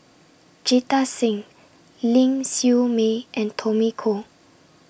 Jita Singh Ling Siew May and Tommy Koh